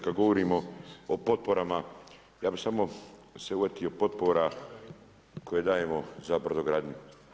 Kada govorimo o potporama ja bih samo se uhvatio potpora koje dajemo za brodogradnju.